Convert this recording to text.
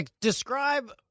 describe